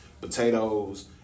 potatoes